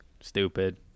stupid